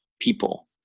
people